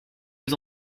ils